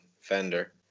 Fender